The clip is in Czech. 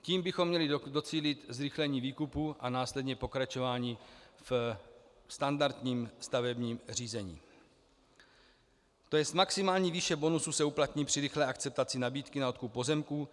Tím bychom měli docílit zrychlení výkupu a následně pokračování v standardním stavebním řízení, tj. maximální výše bonusu se uplatní při rychlé akceptaci nabídky na odkup pozemků.